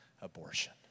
abortion